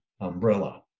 umbrella